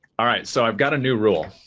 all right. so, i've got a new rule.